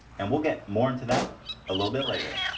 and we'll get more into that a little bit later